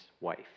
wife